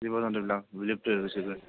জীৱ জন্তুবিলাক বিলুপ্ত হৈ গৈছেগৈ